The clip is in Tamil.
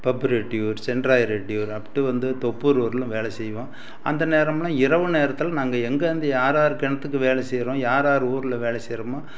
பப்புரொட்டி ஒரு சென்ட்ராயரெட்டி ஒரு அப்டு வந்து ஒரு தொப்பூர் வரையிலும் வேலை செய்வோம் அந்த நேரமெலாம் இரவு நேரத்தில் நாங்கள் எங்கிருந்து யார்யார் கிணத்துக்கு வேலை செய்கிறோம் யார் யார் ஊரில் வேலை செய்கிறோமோ